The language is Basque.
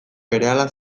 berehala